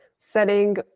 setting